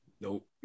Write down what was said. Nope